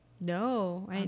No